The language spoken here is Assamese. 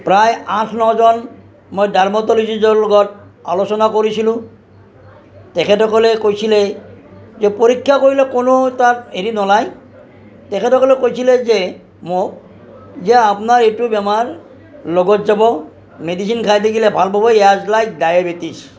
প্ৰায় আঠ ন জন মই ডাৰ্মাটলজিষ্টৰ লগত আলোচনা কৰিছিলোঁ তেখেতেসকলে কৈছিলে যে পৰীক্ষা কৰিলে কোনো তাত হেৰি নোলায় তেখেতসকলে কৈছিলে যে মোক যে আপোনাৰ এইটো বেমাৰ লগত যাব মেডিচিন খাই থাকিলে ভাল পাব এজ লাইক ডাইবেটিছ